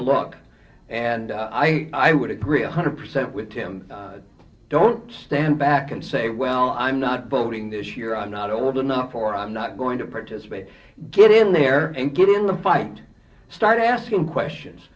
a look and i i would agree one hundred percent with him don't stand back and say well i'm not voting this year i'm not old enough or i'm not going to participate get in there and get in the fight start asking questions